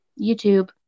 youtube